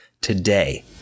today